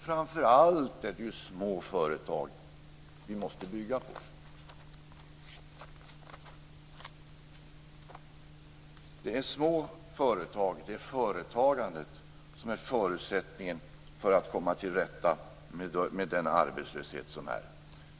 Framför allt måste vi bygga på de små företagen. Det är de små företagen, på företagandet, som är förutsättningen för att komma till rätta med den arbetslöshet som råder.